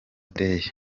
day